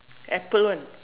apple one